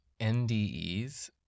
NDEs